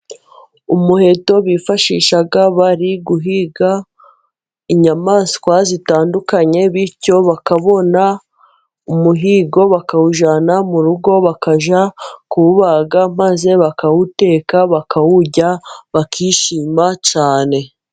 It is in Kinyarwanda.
Umuheto bifashisha bari guhiga inyamaswa zitandukanye, bityo bakabona umuhigo bakawujyana mu rugo bakajya kuwubaga, maze bakawuteka bakawurya, bakishima cyane.